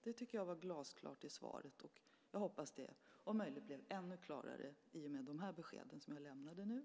Det tycker jag framgick glasklart av mitt första svar, och jag hoppas att det blev om möjligt ännu klarare i och med de besked som jag nu lämnat.